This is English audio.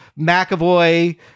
McAvoy